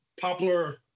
popular